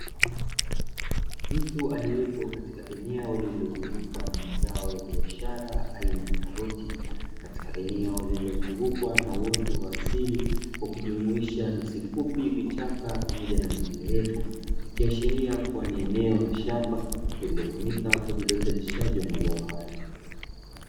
Mtu aliepo katika eneo lililozungukwa na mazao ya biashara aina ya karoti, katika eneo lililozungukwa na uoto wa asili ukijumuisha nyasi fupi, vichaka pamoja na miti mirefu, ikiashiria kuwa ni eneo la shamba lililotumika kwa ajili ya uzalishaji wa mazao hayo.